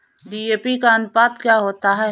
DAP का अनुपात क्या होता है?